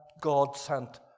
God-sent